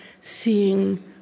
seeing